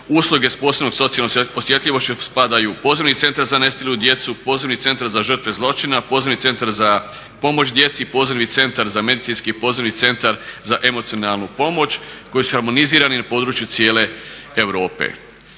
usluge sa posebnom socijalnom osjetljivošću spadaju u pozivni centar za nestalu djecu, pozivni centar za žrtve zločina, pozivni centar za pomoć djeci i pozivni centar za medicinski pozivni centar za emocionalnu pomoć koji su harmonizirani na području cijele Europe.